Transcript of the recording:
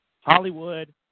Hollywood